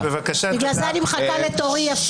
בגלל זה אני מחכה יפה לתורי.